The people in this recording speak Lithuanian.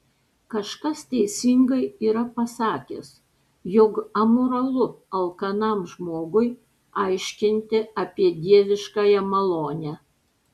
kažkas teisingai yra pasakęs jog amoralu alkanam žmogui aiškinti apie dieviškąją malonę